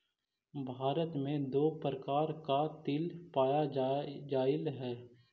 भारत में दो प्रकार कातिल पाया जाईल हई